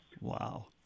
Wow